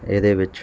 ਇਹਦੇ ਵਿੱਚ